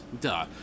Duh